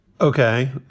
Okay